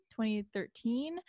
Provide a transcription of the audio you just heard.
2013